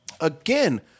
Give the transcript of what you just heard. Again